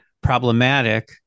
problematic